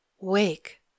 wake